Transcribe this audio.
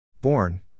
Born